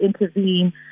intervene